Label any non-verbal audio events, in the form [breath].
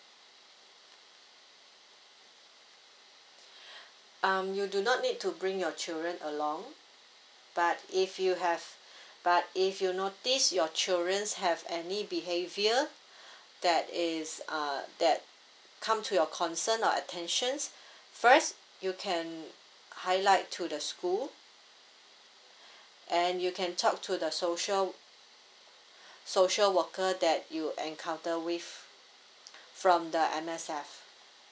[breath] um you do not need to bring your children along but if you have but if you notice your children have any behaviour [breath] that is err that come to your concern or attentions first you can highlight to the school and you can talk to the social social worker that you encounter with from the M_S_F